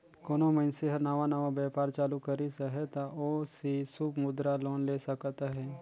कोनो मइनसे हर नावा नावा बयपार चालू करिस अहे ता ओ सिसु मुद्रा लोन ले सकत अहे